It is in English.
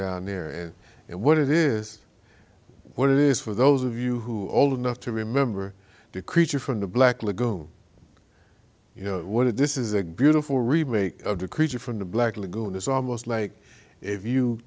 down there and what it is what it is for those of you who old enough to remember the creature from the black lagoon you know this is a beautiful remake of the creature from the black lagoon it's almost like if you